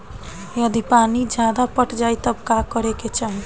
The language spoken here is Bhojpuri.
यदि पानी ज्यादा पट जायी तब का करे के चाही?